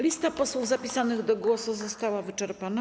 Lista posłów zapisanych do głosu została wyczerpana.